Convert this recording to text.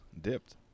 dipped